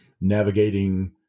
navigating